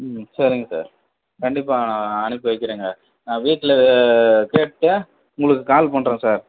ம் சரிங்க சார் கண்டிப்பாக நான் அனுப்பி வைக்கிறேங்க நான் வீட்டில் கேட்டுவிட்டு உங்களுக்கு கால் பண்ணுறேன் சார்